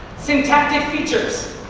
syntactic features.